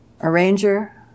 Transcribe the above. arranger